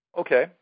Okay